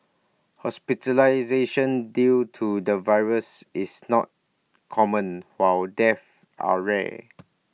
hospitalisation due to the virus is not common while deaths are rare